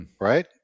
right